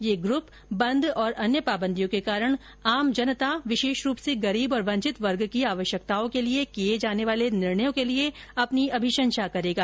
यह ग्रूप बंद और अन्य पाबन्दियों के कारण आम जनता विशेष रूप से गरीब और वंचित वर्ग की आश्यकताओं के लिए किए जाने वाले निर्णयों के लिए अपनी अभिशंषा करेगा